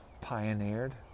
pioneered